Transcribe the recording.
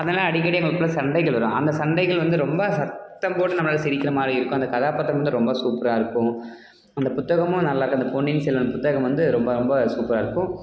அதனாலே அடிக்கடி அவங்களுக்குள்ள சண்டைகள் வரும் அந்த சண்டைகள் வந்து ரொம்ப சத்தம் போட்டு நம்ம சிரிக்கிற மாதிரி இருக்கும் அந்தக் கதாபாத்திரம் வந்து ரொம்ப சூப்பராக இருக்கும் அந்த புத்தகமும் நல்லா இருக்கும் அந்த பொன்னியின் செல்வன் புத்தகம் வந்து ரொம்ப ரொம்ப சூப்பராக இருக்கும்